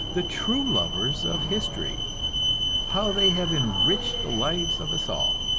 the true lovers, of history how they have enriched the lives of us all.